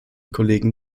kollegen